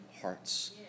hearts